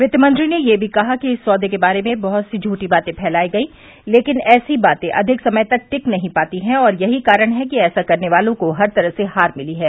वित्तमंत्री ने यह भी कहा कि इस सौदे के बारे में बहुत सी झूठी बातें फैलाई गई लेकिन ऐसी बातें अधिक समय तक नहीं टिक पाती हैं और यही कारण है कि ऐसा करने वालों को हर तरह से हार मिली है